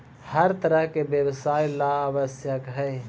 हर तरह के व्यवसाय ला आवश्यक हई